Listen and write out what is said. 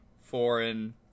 foreign